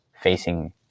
facing